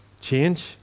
change